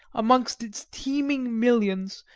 amongst its teeming millions,